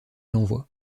l’envoi